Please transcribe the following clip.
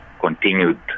continued